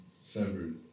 severed